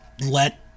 let